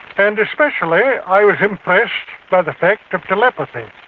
and especially i was impressed by the fact of telepathy,